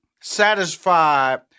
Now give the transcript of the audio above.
satisfied